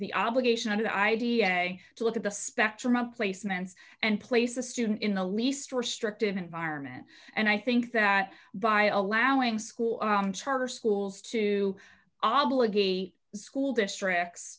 the obligation to id and a to look at the spectrum of placements and place a student in the least restrictive environment and i think that by allowing school charter schools to obligate school districts